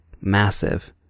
massive